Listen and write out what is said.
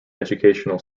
educational